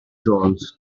jones